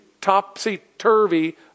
Topsy-turvy